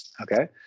Okay